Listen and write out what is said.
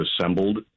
assembled